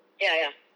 ya ya